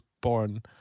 born